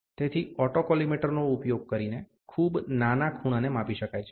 તેથી ઓટોકોલીમેટરનો ઉપયોગ કરીને ખૂબ નાના ખૂણાને માપી શકાય છે